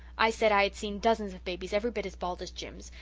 i said i had seen dozens of babies every bit as bald as jims,